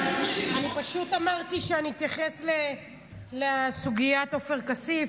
אבל פשוט אמרתי שאני אתייחס לסוגיית עופר כסיף,